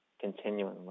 continually